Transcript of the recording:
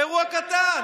אירוע קטן.